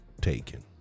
taken